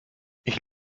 ich